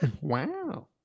Wow